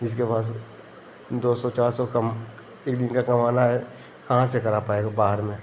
जिसके पास दो सौ चार सौ कम एक दिन का कमाना है कहाँ से करा पाएगा बाहर में